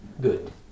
good